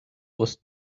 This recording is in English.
was